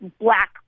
black